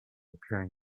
appearing